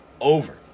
over